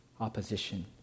opposition